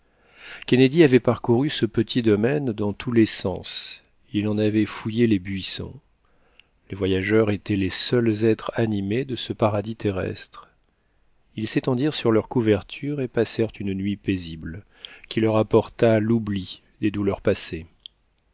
kennedy avait parcouru ce petit domaine dans tous les sens il en avait fouillé les buissons les voyageurs étaient les seuls êtres animés de ce paradis terrestre ils s'étendirent sur leurs couvertures et passèrent une nuit paisible qui leur apporta l'oubli des douleurs passées